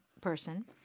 person